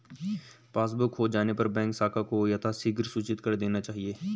passbook खो जाने पर बैंक शाखा को यथाशीघ्र सूचित कर देना चाहिए